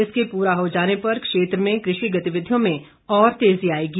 इसके पूरा हो जाने पर क्षेत्र में कृषि गतिविधियों में और तेजी आएगी